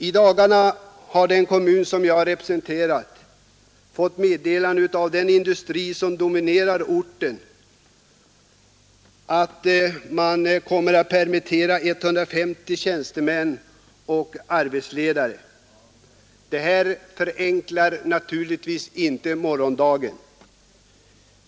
I dagarna har den kommun jag representerar fått meddelande av den industri som dominerar orten att den kommer att permittera 150 tjänstemän och arbetsledare. Detta förenklar naturligtvis inte morgondagen!